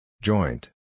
Joint